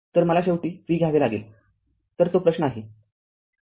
तरमला शेवटी v घ्यावे लागेल तरतो प्रश्न आहे